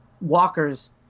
walkers